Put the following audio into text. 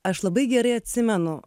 aš labai gerai atsimenu